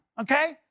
okay